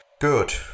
good